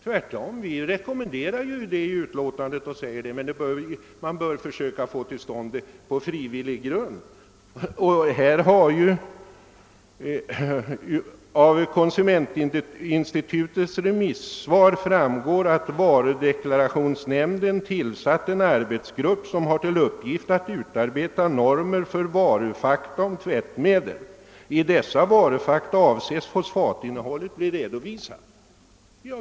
Tvärtom rekommenderar vi en sådan i vårt utlåtande, men vi menar att man bör försöka få den till stånd på frivillig grund. Av konsumentinstitutets remissvar framgår att varudeklarationsnämnden har tillsatt en arbetsgrupp som har till uppgift att utarbeta normer för varufakta om tvättmedel. I dessa varufakta avses fosfatinnehållet bli redovisat.